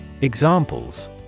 Examples